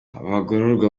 abagororwa